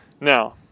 Now